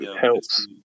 helps